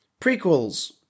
Prequels